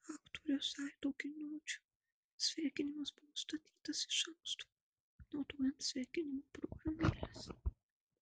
aktoriaus aido giniočio sveikinimas buvo užstatytas iš anksto naudojant sveikinimo programėles